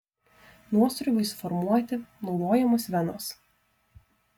nuosrūviui suformuoti naudojamos venos